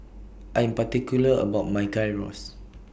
I Am particular about My Gyros